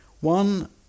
One